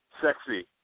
Sexy